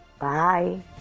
Bye